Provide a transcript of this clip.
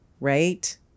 right